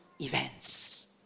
events